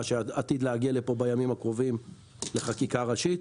מה שעתיד להגיע לפה בימים הקרובים לחקיקה ראשית,